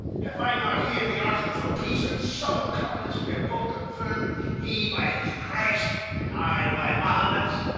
have i not here the articles of peace and solemn covenants we have both confirm'd, he by his christ, and i by mahomet?